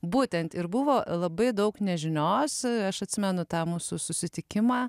būtent ir buvo labai daug nežinios aš atsimenu tą mūsų susitikimą